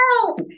help